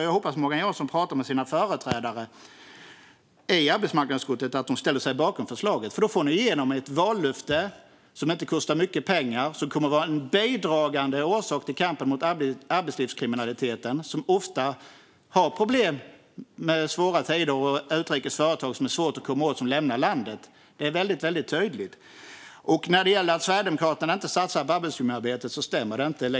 Jag hoppas att Morgan Johansson pratar med sina företrädare i arbetsmarknadsutskottet och att de ställer sig bakom förslaget. Då får ni igenom ett vallöfte som inte kostar mycket pengar. Det kommer att vara ett bidrag i kampen mot arbetslivskriminaliteten. Vi har ofta problem i svåra tider med utrikes företag som är svåra att komma åt och som lämnar landet. Det är väldigt tydligt. Det stämmer inte att Sverigedemokraterna inte satsar på arbetsmiljöarbetet.